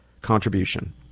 contribution